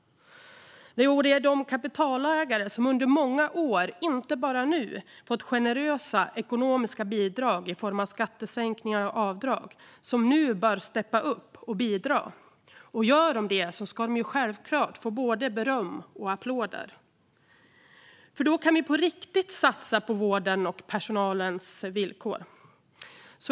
Det är de kapitalägare som under många år, inte bara nu, fått generösa ekonomiska bidrag i form av skattesänkningar och avdrag som nu bör steppa upp och bidra. Gör de det ska de självklart få både beröm och applåder, för då kan vi på riktigt satsa på vården och personalens villkor.